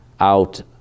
out